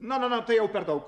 na na na tai jau per daug